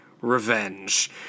revenge